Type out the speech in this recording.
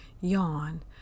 yawn